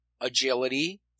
agility